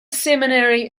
seminary